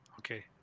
Okay